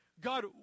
God